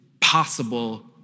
possible